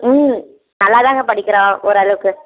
ம் நல்லாதாங்க படிக்கிறாள் ஓரளவுக்கு